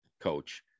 coach